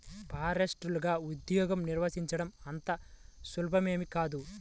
ఫారెస్టర్లగా ఉద్యోగం నిర్వహించడం అంత సులభమేమీ కాదు